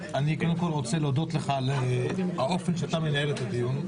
אני קודם כול רוצה להודות לך על האופן שבו אתה מנהל את הדיון.